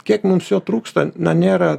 kiek mums jo trūksta na nėra